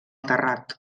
terrat